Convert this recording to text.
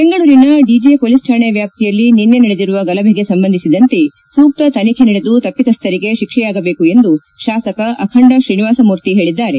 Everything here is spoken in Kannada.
ಬೆಂಗಳೂರಿನ ಡಿಜೆ ಪೊಲೀಸ್ ತಾಣೆ ವ್ಯಾಪ್ತಿಯಲ್ಲಿ ನಿನ್ನೆ ನಡೆದಿರುವ ಗಲಭೆಗೆ ಸಂಬಂಧಿಸಿದಂತೆ ಸೂಕ್ಷ ತನಿಖೆ ನಡೆದು ತಪಿತಸ್ಸರಿಗೆ ಶಿಕ್ಷೆಯಾಗಬೇಕು ಎಂದು ಶಾಸಕ ಅಖಂಡ ಶ್ರೀನಿವಾಸ ಮೂರ್ತಿ ಹೇಳಿದ್ದಾರೆ